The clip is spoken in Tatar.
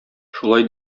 шулай